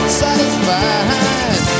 satisfied